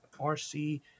RC